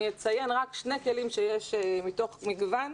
אני אציין רק שני כלים שיש מתוך מגוון.